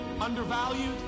undervalued